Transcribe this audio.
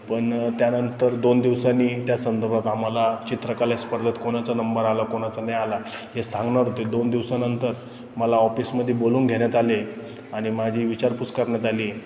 पण त्यानंतर दोन दिवसांनी त्या संदर्भात आम्हाला चित्रकला स्पर्धेत कोणाचा नंबर आला कोणाचा नाही आला हे सांगणार होते दोन दिवसानंतर मला ऑफिसमध्ये बोलावून घेण्यात आले आणि माझी विचारपूस करण्यात आली